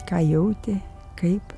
ką jautė kaip